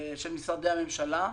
של משרדי הממשלה.